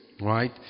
right